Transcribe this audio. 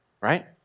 right